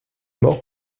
mort